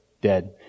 dead